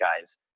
guys